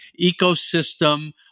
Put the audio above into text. ecosystem